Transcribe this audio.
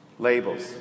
Labels